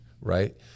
right